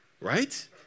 right